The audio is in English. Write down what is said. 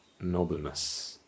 nobleness